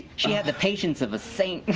she had the patience of a saint.